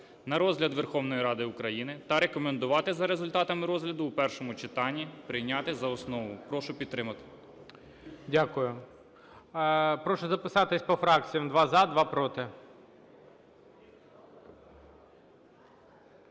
на розгляд Верховної Ради України та рекомендувати за результатами розгляду в першому читанні прийняти за основу. Прошу підтримати. ГОЛОВУЮЧИЙ. Дякую. Прошу записати по фракціях: два – за, два – проти.